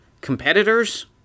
competitors